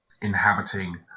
inhabiting